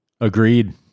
Agreed